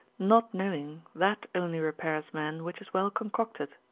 not knowing that only repairs man, which is well concocted,